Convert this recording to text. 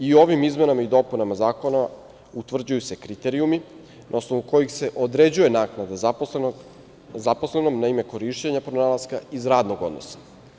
I ovim izmenama i dopunama zakona utvrđuju se kriterijumi na osnovu kojih se određuje naknada zaposlenom na ime korišćenja pronalaska iz radnog odnosa.